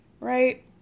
right